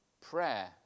prayer